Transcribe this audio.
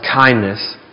kindness